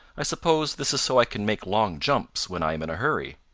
i suppose this is so i can make long jumps when i am in a hurry.